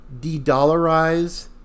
de-dollarize